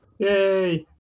Yay